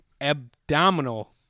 abdominal